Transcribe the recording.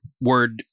word